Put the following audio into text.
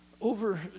over